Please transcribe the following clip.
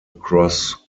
across